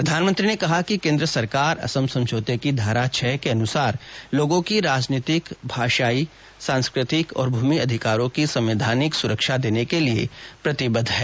प्रधानमंत्री ने कहा कि केन्द्र सरकार असम समझौते की धारा छह के अनुसार लोगों की राजनीतिक भाषाई सांस्कृतिक और भूमि अधिकारों की संवैधानिक सुरक्षा देने के लिए प्रतिबद्ध है